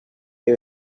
que